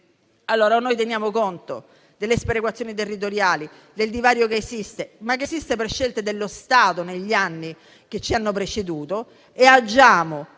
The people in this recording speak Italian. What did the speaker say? Dunque, o teniamo conto delle sperequazioni territoriali, del divario che esiste - esiste per scelte dello Stato negli anni che ci hanno preceduto - e agiamo